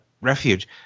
Refuge